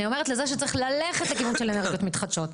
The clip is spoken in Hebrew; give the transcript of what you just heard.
אני אומרת שצריך ללכת לכיוון של אנרגיות מתחדשות.